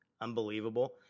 unbelievable